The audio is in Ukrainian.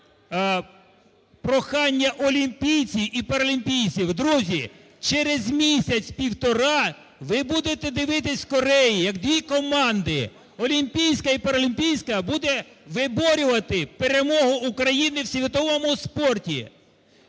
сьогодні прохання олімпійців і паралімпійців. Друзі, через місяць, півтора ви будете дивитися в Кореї, як дві команди олімпійська і паралімпійська буде виборювати перемогу України у світовому спорті.